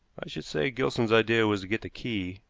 i should say gilson's idea was to get the key,